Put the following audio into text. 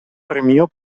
premio